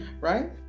right